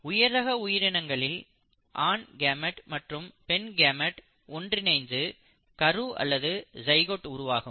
உயர்ரக உயிரினங்களில் ஆண் கேமெட் மற்றும் பெண் கேமெட் ஒன்றிணைந்து கரு அல்லது சைகோட் உருவாகும்